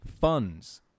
funds